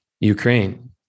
Ukraine